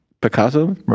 Picasso